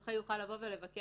הזוכה יוכל לבקש